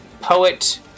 poet